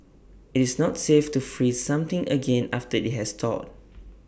IT is not safe to freeze something again after IT has thawed